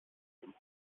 ihrem